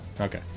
Okay